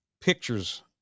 pictures